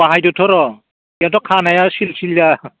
बाहायदोंथ' र' गैयाथ' खानाया सिल सिल जायाखै